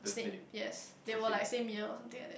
Snape yes they were like same year or something like that